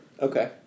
Okay